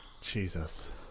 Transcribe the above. Jesus